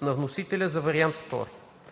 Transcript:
на вносителя за вариант II.